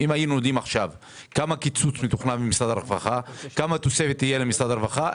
אני רוצה להודות לשר הרווחה השר